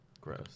Gross